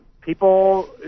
people